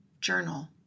Journal